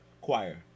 choir